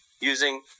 using